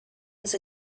was